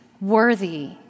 Worthy